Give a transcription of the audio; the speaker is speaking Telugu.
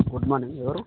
గుడ్ మార్నింగ్ ఎవరు